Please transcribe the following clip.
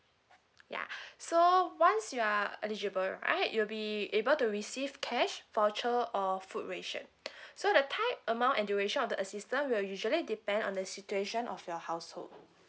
yeah so once you are eligible right you'll be able to receive cash voucher or food ration so the tied amount and duration of the assistance will usually depend on the situation of your household